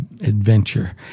adventure